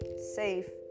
safe